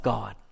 God